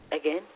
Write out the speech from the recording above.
Again